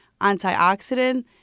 antioxidant